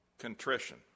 Contrition